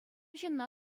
ҫынна